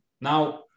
Now